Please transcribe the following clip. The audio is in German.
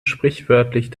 sprichwörtlich